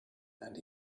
and